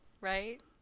right